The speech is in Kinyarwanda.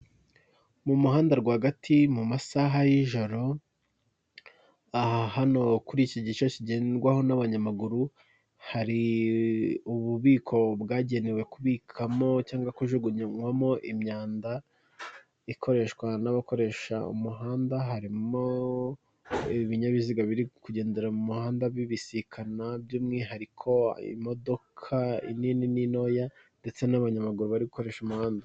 Mu muhanda rwagati mu masaha y'ijoro aha hino kuri iki gice kigendedwaho n'abanyamaguru hari ububiko bwagenewe kubikamo cyangwa kujugunywamo imyanda ikoreshwa n'abakoresha umuhanda harimo ibinyabiziga biri kugendera mu muhanda bibisikana by'umwihariko imodoka inini n'intoya ndetse n'abanyamaguru bari gukoresha umuhanda.